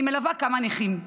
אני מלווה כמה נכים,